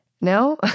No